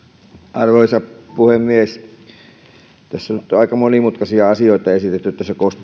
arvoisa puhemies tässä nyt on aika monimutkaisia asioita esitetty